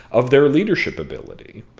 of their leadership ability.